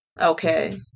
okay